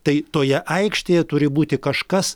tai toje aikštėje turi būti kažkas